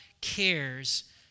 cares